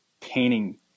painting